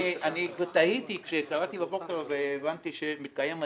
תהיתי כשקראתי בבוקר והבנתי שמתקיים הדיון.